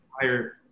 higher